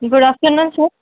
good afternoon sir